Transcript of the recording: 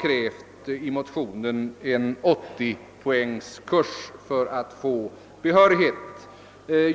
för den §80-poängskurs som i motionen krävs för behörighet.